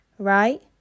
right